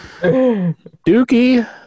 Dookie